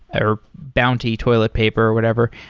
or bounty toilet paper, whatever,